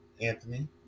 Anthony